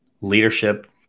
Leadership